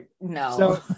No